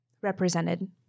represented